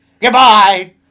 Goodbye